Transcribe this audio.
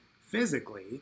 physically